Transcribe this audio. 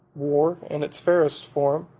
war, in its fairest form,